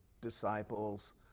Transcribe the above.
disciples